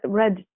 red